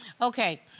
Okay